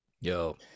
Yo